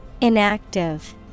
Inactive